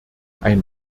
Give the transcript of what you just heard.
ein